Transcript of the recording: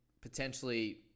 potentially